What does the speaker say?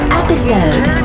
episode